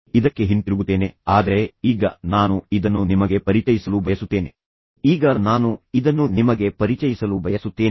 ಇದಕ್ಕೆ ಹಿಂತಿರುಗುತ್ತೇನೆ ಆದರೆ ಈಗ ನಾನು ಇದನ್ನು ನಿಮಗೆ ಪರಿಚಯಿಸಲು ಬಯಸುತ್ತೇನೆ